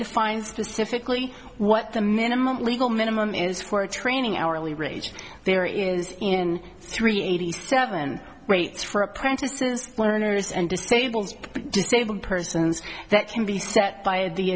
defines specifically what the minimum legal minimum is for training hourly rage there is in three eighty seven rates for apprentices learners and disabled disabled persons that can be set by the